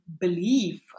believe